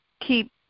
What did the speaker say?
keep